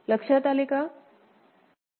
लक्षात आले का